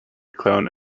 clown